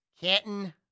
Canton